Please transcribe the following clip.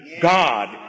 God